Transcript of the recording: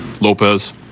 Lopez